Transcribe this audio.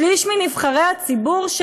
שליש מנבחרי הציבור,